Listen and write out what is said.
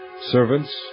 Servants